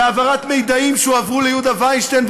ובהעברת מידעים שהועברו ליהודה וינשטיין.